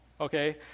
okay